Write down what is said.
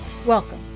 Welcome